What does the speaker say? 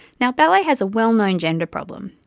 now, ballet has a well-known gender problem.